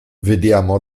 vediamo